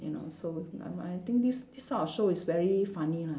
and also n~ I think this this type of show is very funny lah